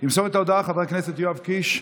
ימסור את ההודעה חבר הכנסת יואב קיש,